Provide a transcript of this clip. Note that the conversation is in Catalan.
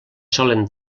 solen